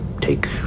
take